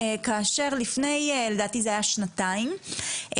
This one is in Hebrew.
לדעתי לפני שנתיים,